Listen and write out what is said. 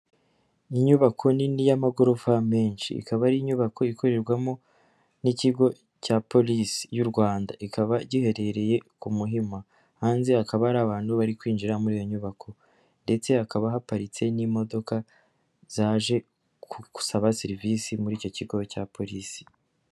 Ni inyubako nini y'amagorofa menshi, ikaba ari inyubako ikorerwamo n'ikigo cya Polisi y'u Rwanda, ikaba giherereye ku Muhima, hanze hakaba ari abantu bari kwinjira muri iyo nyubako ndetse hakaba haparitse n'imodoka zaje gusa serivisi muri icyo kigo cya Polisi.